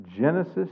Genesis